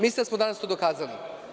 Mislim da smo danas to dokazali.